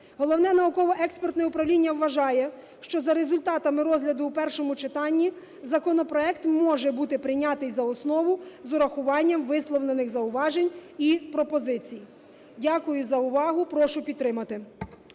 Головне науково-експертне управління вважає, що за результатами розгляду в першому читанні законопроект може бути прийнятий за основу з урахуванням висловлених зауважень і пропозицій. Дякую за увагу. Прошу підтримати